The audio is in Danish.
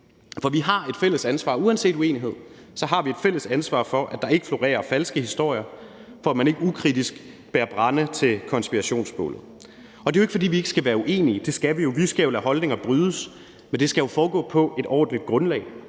For vi har uanset uenighed et fælles ansvar for, at der ikke florerer falske historier, for at man ikke ukritisk bærer brænde til konspirationsbålet. Og det er jo ikke, fordi vi ikke skal være uenige, for det skal vi jo, vi skal lade holdninger brydes, men det skal foregå på et ordentligt grundlag,